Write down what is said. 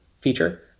feature